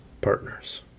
partners